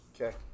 Okay